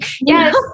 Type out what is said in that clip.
Yes